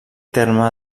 terme